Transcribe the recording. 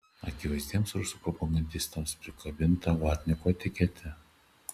akivaizdiems rusų propagandistams prikabinta vatnikų etiketė